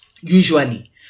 usually